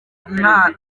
nta